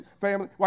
family